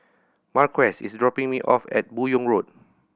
Marquez is dropping me off at Buyong Road